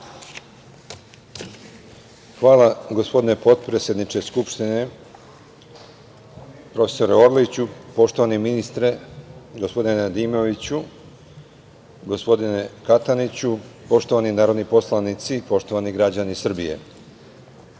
Hvala, gospodine potpredsedniče Skupštine, profesore Orliću. Poštovani ministre, gospodine Nedimoviću, gospodine Kataniću, poštovani narodni poslanici, poštovani građani Srbije,